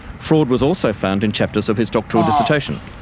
fraud was also found in chapters of his doctoral dissertation,